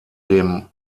dem